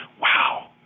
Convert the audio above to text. wow